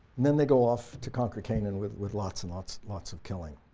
and then they go off to conquer canaan with with lots and lots lots of killing.